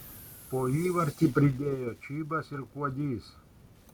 po įvartį pridėjo čybas ir kuodys